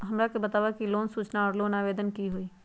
हमरा के बताव कि लोन सूचना और लोन आवेदन की होई?